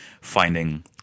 finding